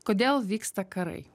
kodėl vyksta karai